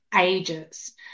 ages